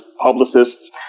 publicists